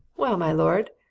well, my lord,